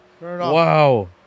Wow